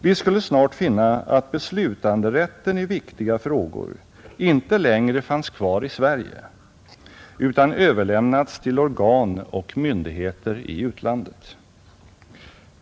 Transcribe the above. Vi skulle snart finna att beslutanderätten i viktiga frågor inte längre fanns kvar i Sverige utan överlämnats till organ och myndigheter i utlandet.